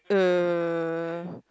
uh